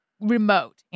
Remote